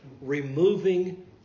removing